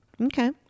Okay